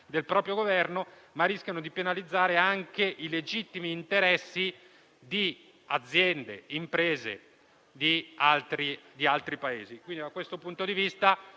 del proprio Governo - ma anche di penalizzare i legittimi interessi di aziende e imprese di altri Paesi.